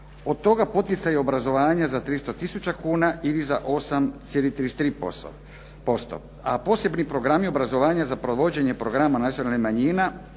od toga poticaju obrazovanja za 300 tisuća kuna ili za 8,33%, a posebni programi obrazovanja za provođenje programa nacionalnih manjina